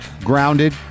grounded